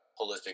holistic